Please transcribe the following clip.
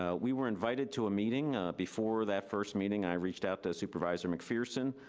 ah we were invited to a meeting. before that first meeting, i reached out to supervisor mcpherson.